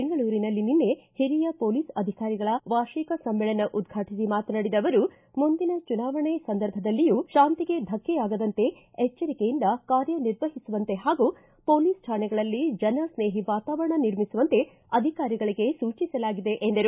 ಬೆಂಗಳೂರಿನಲ್ಲಿ ನಿನ್ನೆ ಹಿರಿಯ ಪೊಲೀಸ್ ಅಧಿಕಾರಿಗಳ ವಾರ್ಷಿಕ ಸಮ್ನೇಳನ ಉದ್ವಾಟಿಸಿ ಮಾತನಾಡಿದ ಅವರು ಮುಂದಿನ ಚುನಾವಣೆ ಸಂದರ್ಭದಲ್ಲಿಯೂ ಶಾಂತಿಗೆ ಧಕ್ಕೆಯಾಗದಂತೆ ಎಚ್ಚರಿಕೆಯಿಂದ ಕಾರ್ಯ ನಿರ್ವಹಿಸುವಂತೆ ಹಾಗೂ ಪೊಲೀಸ್ ಕಾಣೆಗಳಲ್ಲಿ ಜನಸ್ನೇಹಿ ವಾತಾವರಣ ನಿರ್ಮಿಸುವಂತೆ ಅಧಿಕಾರಿಗಳಿಗೆ ಸೂಚಿಸಲಾಗಿದೆ ಎಂದರು